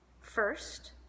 First